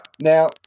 Now